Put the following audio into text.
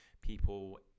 people